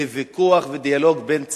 לוויכוח ודיאלוג בין ציונים.